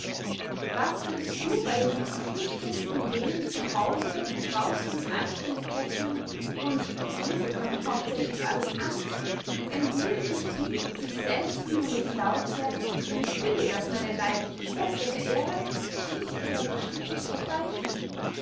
was wirst du bey dem beglücktesten leben zu hause und draussen mit anständigkeit thun und auf diese kömmt hauptsächlich alles an wenn dir nicht die sich selbst liebende philautia die ich billig als meine leibliche schwester verehre mit ihrer geschicklichkeit beysteht